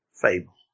fable